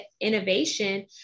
innovation